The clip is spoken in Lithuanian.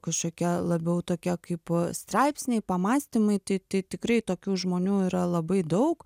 kašokie labiau tokie kaip straipsniai pamąstymai tai tai tikrai tokių žmonių yra labai daug